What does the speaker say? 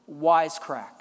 wisecrack